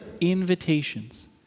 invitations